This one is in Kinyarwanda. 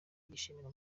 bishimisha